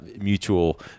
mutual